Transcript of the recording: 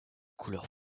couleur